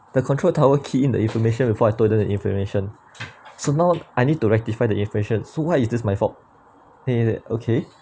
the control tower key in the information before I told them the information so now I need to rectify the information so why is this my fault then he said okay